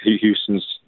Houston's